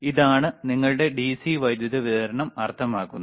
ഇതാണ് നിങ്ങളുടെ ഡിസി വൈദ്യുതി വിതരണം അർത്ഥമാക്കുന്നത്